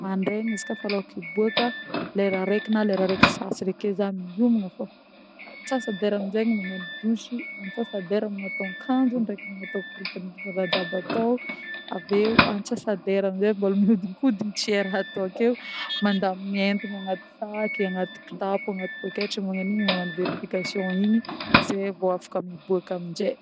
Mandrena izy koà fa aloaka ibôaka: lera areky na lera reky sy sasany ake zah miomana fogna. Antsasa-dera aminje magnano douche, antsasa-dera magnatô akanjo ndreky magnatô korontakorontandraha jiaby atô, avy eo antsasa-dera aminje mbola miodikodigna tsy he raha atô akeo mandamina entagna agnaty sac, agnaty kitapo, agnaty pôketra magnanigny magnano vérification igny ze vô afaka mibôaka aminje.